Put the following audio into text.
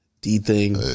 D-Thing